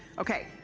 okay.